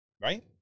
Right